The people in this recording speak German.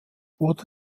wurde